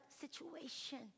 situation